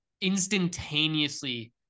instantaneously